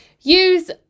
Use